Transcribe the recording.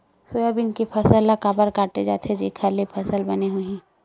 Soybean के फसल ल काबर काटे जाथे जेखर ले फसल बने होही?